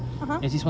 (uh huh)